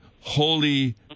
Holy